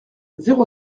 zéro